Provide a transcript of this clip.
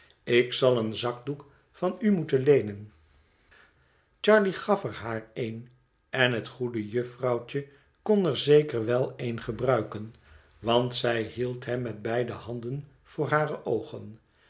ik zal een zakdoek van u moeten leenen charley gaf er haar een en hot goede jufvrouwtje kon er zeker wel een gebruiken want zij hield hem met beide handen voor hare oogen